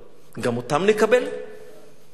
גם אותם נקבל?